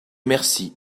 merci